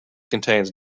contains